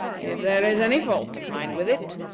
if there is any fault to find with it,